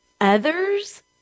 others